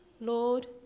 Lord